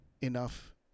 enough